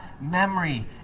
memory